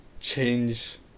change